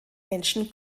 menschen